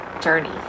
journey